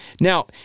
Now